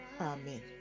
Amen